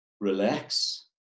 relax